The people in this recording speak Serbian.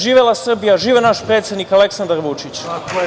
Živela Srbija, živeo naš predsednik Aleksandar Vučić.